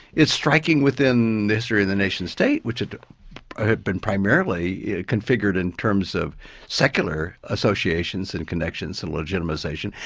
it's striking within the history of the nation state, which had had been primarily configured in terms of secular associations and connections and legitimatisation.